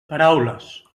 paraules